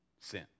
sin